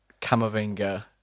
Camavinga